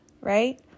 right